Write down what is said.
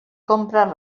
compres